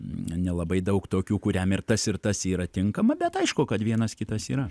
nelabai daug tokių kuriam ir tas ir tas yra tinkama bet aišku kad vienas kitas yra